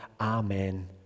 Amen